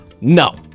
No